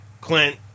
Clint